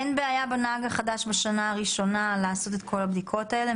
אין בעיה בנהג החדש בשנה הראשונה לעשות את כל הבדיקות האלה.